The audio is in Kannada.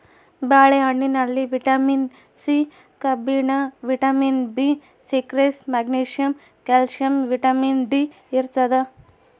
ಬಾಳೆ ಹಣ್ಣಿನಲ್ಲಿ ವಿಟಮಿನ್ ಸಿ ಕಬ್ಬಿಣ vitamin B six magnesium calcium vitamin D ಇರ್ತಾದ